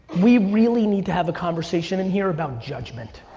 we really need to have a conversation in here about judgment.